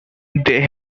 they